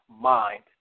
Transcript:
mind